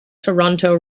toronto